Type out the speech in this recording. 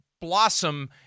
blossom